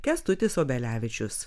kęstutis obelevičius